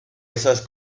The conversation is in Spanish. esas